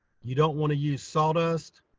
you don't want to use sawdust.